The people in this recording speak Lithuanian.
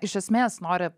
iš esmės nori